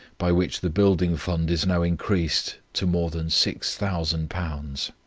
by which the building fund is now increased to more than six thousand pounds.